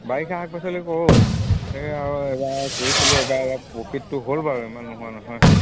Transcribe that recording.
বাৰিষা শাক পাচলি কৰোঁ সেই আৰু এবাৰ কৰিছিলোঁ এইবাৰ অলপ প্ৰফিটটো হ'ল বাৰু ইমান নোহোৱা নহয়